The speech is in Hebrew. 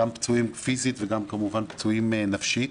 גם פצועים פיזית וגם כמובן פצועים נפשית,